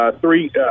three